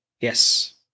Yes